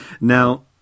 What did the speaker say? Now